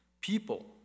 people